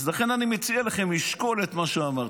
לכן אני מציע לכם לשקול את מה שאמרתי.